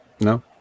No